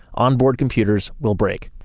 onboard computers will brake.